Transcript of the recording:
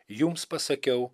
jums pasakiau